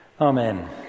Amen